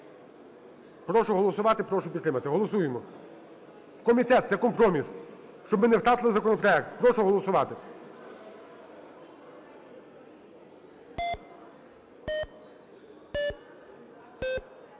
Прошу голосувати, прошу підтримати. Голосуємо. В комітет, це компроміс, щоб не втратили законопроект. Прошу голосувати.